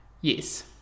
Yes